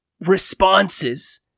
responses